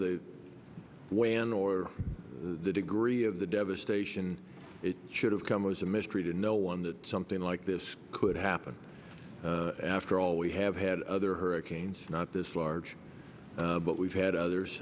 the when or the degree of the devastation it should have come was a mistreated no one that something like this could happen after all we have had other hurricanes not this large but we've had others